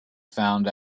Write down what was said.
found